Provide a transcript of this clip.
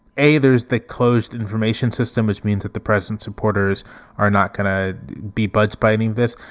a, there's that closed information system, which means that the president supporters are not going to be buds buying this.